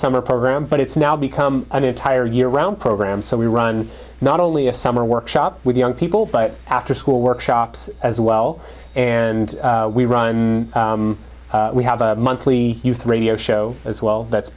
summer program but it's now become an entire year round program so we run not only a summer workshop with young people but afterschool workshops as well and we run we have a monthly youth radio show as well that's